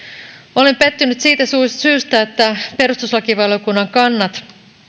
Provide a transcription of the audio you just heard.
olen pettynyt siitä syystä että perustuslakivaliokunnan kannat